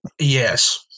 Yes